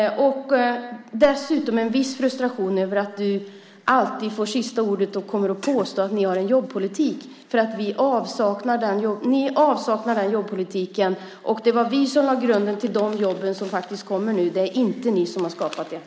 Dessutom finns det en viss frustration över att du alltid får sista ordet och kommer att påstå att ni har en jobbpolitik. Ni saknar den jobbpolitiken. Det var vi som lade grunden för de jobb som faktiskt kommer nu. Det är inte ni som har skapat dem.